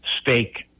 steak